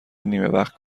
نیمهوقت